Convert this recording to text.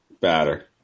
Batter